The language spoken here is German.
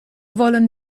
wollen